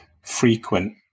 frequent